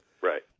right